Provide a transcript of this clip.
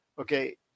okay